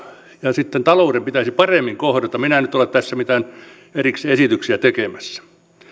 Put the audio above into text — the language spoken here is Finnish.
sitten talouden pitäisi paremmin kohdata minä en nyt ole tässä mitään esityksiä tekemässä